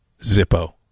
Zippo